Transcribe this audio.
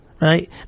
Right